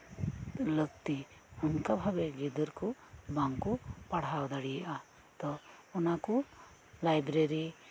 ᱞᱟᱹᱠᱛᱤ ᱚᱱᱠᱟ ᱵᱷᱟᱵᱮ ᱜᱤᱫᱟᱨ ᱠᱚ ᱵᱟᱝ ᱠᱚ ᱯᱟᱲᱦᱟᱣ ᱫᱟᱲᱮᱭᱟᱜᱼᱟ ᱛᱚ ᱚᱱᱟ ᱠᱚ ᱞᱟᱭᱵᱨᱮᱨᱤ